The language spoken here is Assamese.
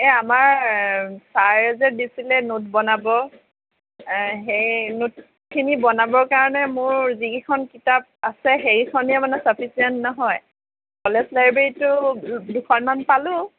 এই আমাৰ ছাৰে যে দিছিলে নোট বনাব সেই নোটখিনি বনাবৰ কাৰণে মোৰ যি কেইখন কিতাপ আছে সেইকেইখনেই মানে চাফিচিয়েণ্ট নহয় কলেজ লাইব্ৰেৰীতো দুখনমান পালোঁ